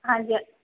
ਹਾਂਜੀ ਹਾ